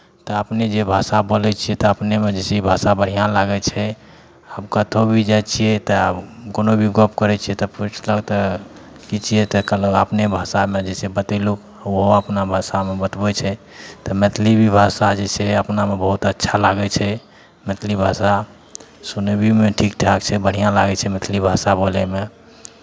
तऽ अपने जे भाषा बोलै छियै तऽ अपनेमे जे ई भाषा बढ़िआँ लागै छै आब कतहु भी जाइ छियै तऽ आब कोनो भी गप करै छियै तऽ पुछलक तऽ की छियै तऽ अपने भाषामे जे छै बतेलहुँ ओहो अपना भाषामे बतबै छै तऽ मैथिली भी भाषा जे छै अपनामे बहुत अच्छा लागै छै मैथिली भाषा सुनयमे भी ठीक ठाक छै बढ़िआँ लागै छै मैथिली भाषा बोलयमे